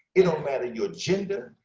it don't matter your gender.